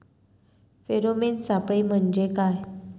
Pheromone सापळे म्हंजे काय?